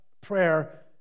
prayer